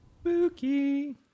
Spooky